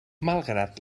malgrat